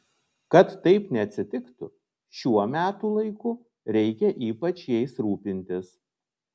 kad taip neatsitiktų šiuo metų laiku reikia ypač jais rūpintis